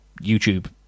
youtube